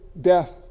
death